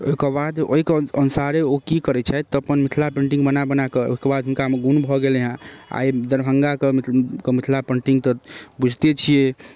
ओहिके बाद ओहिके अनुसारे ओ कि करै छथि तऽ अपन मिथिला पेन्टिङ्ग बना बनाकऽ ओहिकेबाद हुनकामे गुण भऽ गेलै हँ आइ दरभङ्गाके मिथिला पेन्टिङ्ग तऽ बुझिते छिए